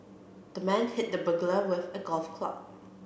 the man hit the burglar with a golf club